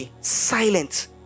silent